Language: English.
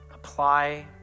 apply